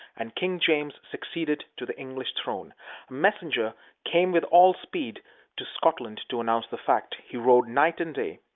and king james succeeded to the english throne. a messenger came with all speed to scotland to announce the fact. he rode night and day.